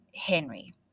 Henry